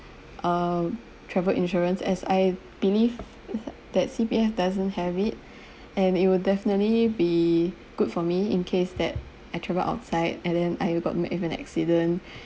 um travel insurance as I believe th~ that C_P_F doesn't have it and it will definitely be good for me in case that I travel outside and then I got met with an accident